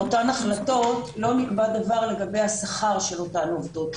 באותן החלטות לא נקבע דבר לגבי השכר של אותן עובדות.